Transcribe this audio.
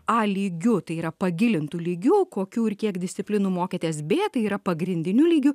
a lygiu tai yra pagilintu lygiu kokių ir kiek disciplinų mokėtės b tai yra pagrindiniu lygiu